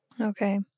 Okay